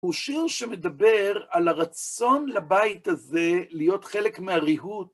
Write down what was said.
הוא שיר שמדבר על הרצון לבית הזה להיות חלק מהריהוט.